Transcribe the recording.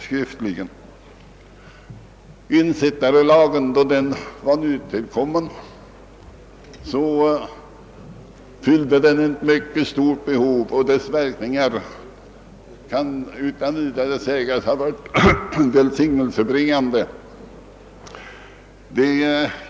Då ensittarlagen tillkom fyllde den ett mycket stort behov, och dess verkningar kan utan vidare sägas ha varit välsignelsebringande.